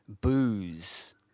Booze